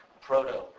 proto